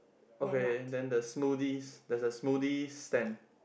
okay then the smoothies there's a smoothie stand